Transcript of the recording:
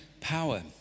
power